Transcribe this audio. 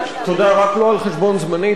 תודה, רק לא על חשבון זמני.